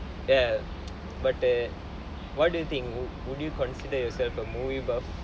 ya but then why do you think would you consider yourself a movie buff